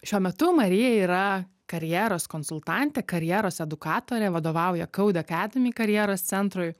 šiuo metu marija yra karjeros konsultantė karjeros edukatorė vadovauja codeacademy karjeros centrui